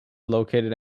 located